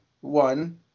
one